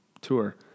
tour